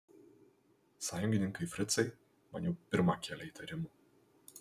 sąjungininkai fricai man jau pirma kėlė įtarimų